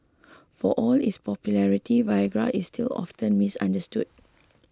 for all its popularity Viagra is still often misunderstood